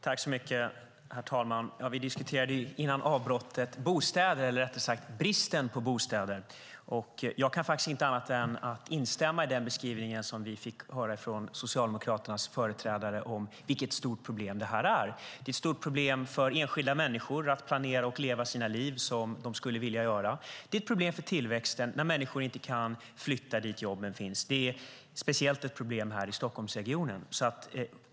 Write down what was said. Herr talman! Före frågestunden diskuterade vi bostäder, eller rättare sagt bristen på bostäder. Jag kan inte annat än instämma i den beskrivning vi fick höra från Socialdemokraternas företrädare beträffande vilket stort problem det är. Det är ett stort problem för enskilda människor när de ska planera och leva sina liv som de skulle vilja göra. Det är ett problem för tillväxten när människor inte kan flytta dit jobben finns. Speciellt är det ett problem i Stockholmsregionen.